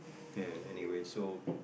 anyways so